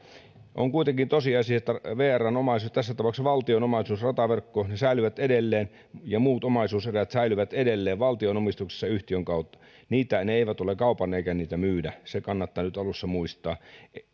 on kuitenkin tosiasia että vrn omaisuus tässä tapauksessa valtion omaisuus rataverkko säilyy edelleen ja muut omaisuuserät säilyvät edelleen valtion omistuksessa yhtiön kautta ne eivät ole kaupan eikä niitä myydä se kannattaa nyt alussa muistaa